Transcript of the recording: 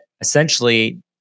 essentially